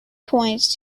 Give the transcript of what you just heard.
points